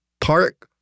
Park